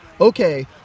Okay